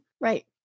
Right